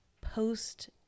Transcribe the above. post